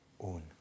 own